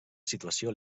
situació